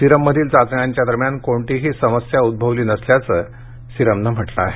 सिरममधील चाचण्यांच्या दरम्यान कोणतीही समस्या उद्ववली नसल्याची माहिती सिरमनं म्हटलं आहे